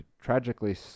tragically